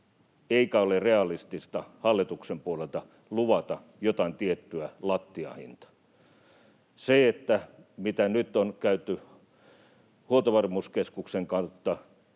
eikä ole realistista hallituksen puolelta luvata jotain tiettyä lattiahintaa. Toivon hyvin vahvasti, että se, mitä nyt on käyty Huoltovarmuuskeskuksen kautta,